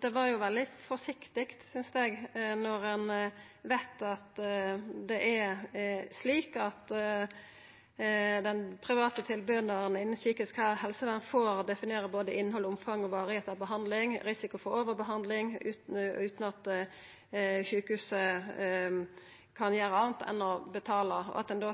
Det var veldig forsiktig, synest eg, når ein veit at dei private tilbydarane innan psyksisk helsevern får definera både innhald, omfang og varigheit av behandling og risiko for overbehandling – utan at sjukehuset kan gjera anna enn å betala, og at ein da